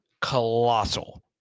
colossal